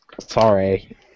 Sorry